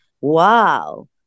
wow